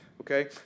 Okay